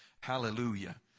Hallelujah